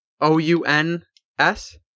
O-U-N-S